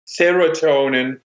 serotonin